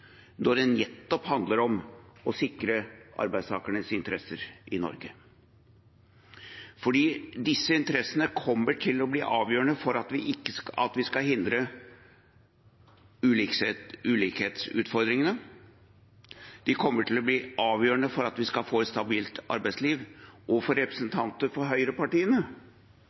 når det handler om å sikre arbeidstakernes interesser i Norge. For disse interessene kommer til å bli avgjørende for at vi skal hindre ulikhetsutfordringene, og de kommer til å bli avgjørende for at vi skal få et stabilt arbeidsliv. Og for representanter fra høyrepartiene